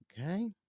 Okay